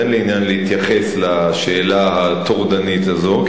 אז אין לי עניין להתייחס לשאלה הטורדנית הזו,